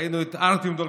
ראינו את ארטיום דולגופיאט,